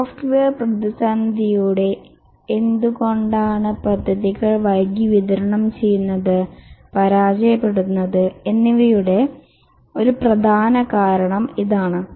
software പ്രതിസന്ധിയുടെ എന്തുകൊണ്ടാണ് പദ്ധതികൾ വൈകി വിതരണം ചെയ്യുന്നത് പരാജയപ്പെടുന്നത് ഇന്നിവയുടെ ഒരു പ്രധാന കാരണം ഇതാണ്